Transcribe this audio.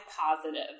positive